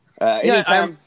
anytime